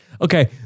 Okay